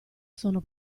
sono